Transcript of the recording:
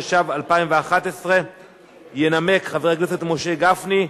התשע"ב 2011. ינמק חבר הכנסת משה גפני.